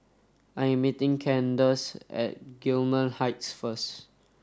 I am meeting Candyce at Gillman Heights first